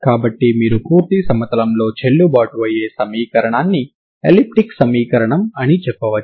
కాబట్టి మీరు పూర్తి సమతలంలో చెల్లుబాటు అయ్యే సమీకరణాన్ని ఎలిప్టిక్ సమీకరణం అని చెప్పవచ్చు